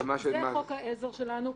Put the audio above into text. זה חוק העזר שלנו,